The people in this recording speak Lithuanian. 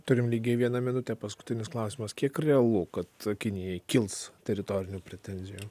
turime lygiai vieną minutę paskutinis klausimas kiek realu kad kinijai kils teritorinių pretenzijų